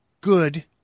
good